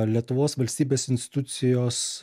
lietuvos valstybės institucijos